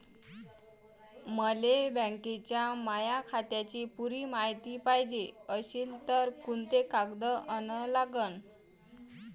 मले बँकेच्या माया खात्याची पुरी मायती पायजे अशील तर कुंते कागद अन लागन?